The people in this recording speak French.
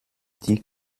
dit